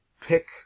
pick